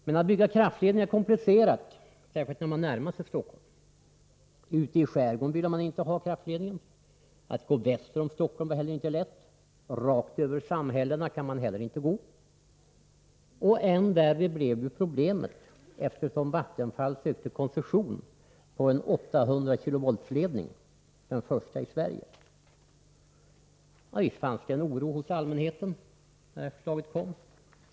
Men att bygga kraftledningar är komplicerat, särskilt när man närmar sig Stockholm. Ute i skärgården ville man inte ha kraftledningen. Att gå väster om Stockholm var heller inte lätt. Rakt över samhällena kan man inte heller gå. Än värre blev problemet på grund av att Vattenfall sökte koncession för en 800 kV-ledning, den första i Sverige. Visst fanns det en oro hos allmänheten när förslaget kom.